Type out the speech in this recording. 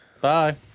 Bye